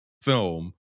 film